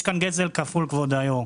יש כאן גזל כפול, כבוד היו"ר,